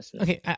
Okay